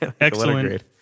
excellent